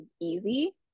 easy